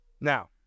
Now